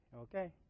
Okay